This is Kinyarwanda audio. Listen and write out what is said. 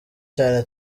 cyane